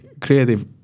creative